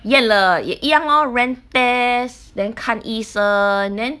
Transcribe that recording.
厌了也一样 lor ran test then 看医生 then